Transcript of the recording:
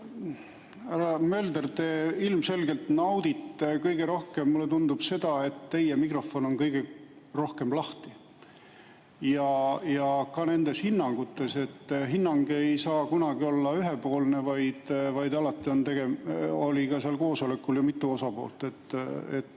Mölder, te ilmselgelt naudite kõige rohkem, mulle tundub, seda, et teie mikrofon on kõige rohkem lahti. Mis [puutub] nendesse hinnangutesse, siis hinnang ei saa kunagi olla ühepoolne, alati on ja oli ka seal koosolekul ju mitu osapoolt.